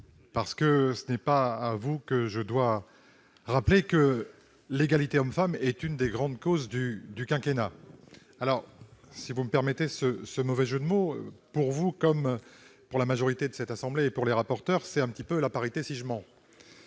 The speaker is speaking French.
place. Ce n'est pas à vous que je dois le rappeler, l'égalité entre les hommes et les femmes est l'une des grandes causes du quinquennat. Si vous me permettez ce mauvais jeu de mots, pour vous comme pour la majorité de cette assemblée et pour les rapporteurs, c'est un petit peu « la parité si je mens